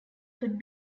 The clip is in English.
could